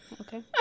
okay